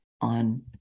on